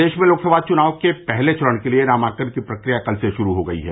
प्रदेश में लोक सभा चुनाव के पहले चरण के लिए नामांकन की प्रकिया कल से शुरू हो गयी है